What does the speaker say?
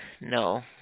No